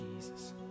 Jesus